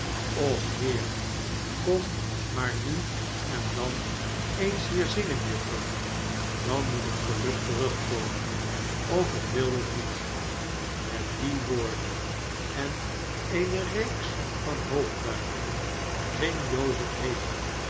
och heer kom maar nu en dan eens hier zingen juffrouw dan moet het geluk terugkomen of het wil of niet met die woorden en eene reeks van hoofdbuigingen ging jozef heen